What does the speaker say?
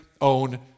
own